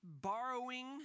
borrowing